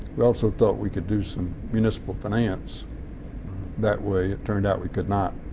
we also thought we could do some municipal finance that way. it turned out we could not,